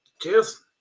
Cheers